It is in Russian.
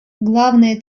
главной